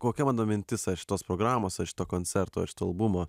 kokia mano mintis ar šitos programos ar šito koncerto ar albumo